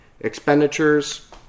expenditures